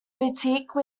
boutique